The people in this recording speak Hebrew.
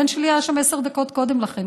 הבן שלי היה שם עשר דקות קודם לכן.